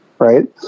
right